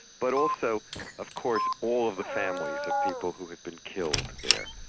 but also of course all of the families of people who had been killed there,